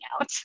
out